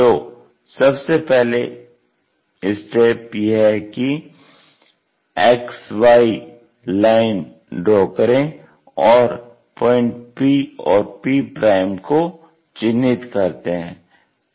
तो सबसे पहले स्टेप यह है कि XY लाइन ड्रा करें और पॉइंट p और p को चिन्हित करते हैं